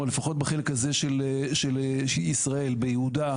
אני מבין את מה שישראל אומר כאן.